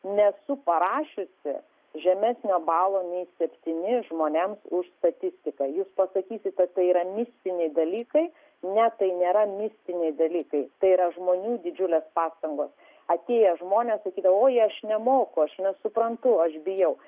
nesu parašiusi žemesnio balo nei septyni žmonėms už statistiką jūs pasakysite tai yra mistiniai dalykai ne tai nėra mistiniai dalykai tai yra žmonių didžiulės pastangos atėję žmonės susigalvoja aš nemoku aš nesuprantu aš bijau